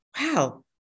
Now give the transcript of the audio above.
wow